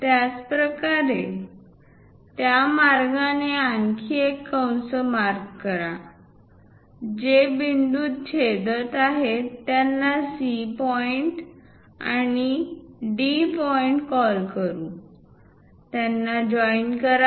त्याचप्रकारे त्या मार्गाने आणखी एक कंस मार्क करा जे बिंदू छेदत आहेत त्यांना C पॉईंट आणि D पॉईंट कॉल करू त्यांना जॉईन करा